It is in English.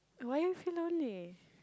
why you feel lonely